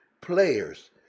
players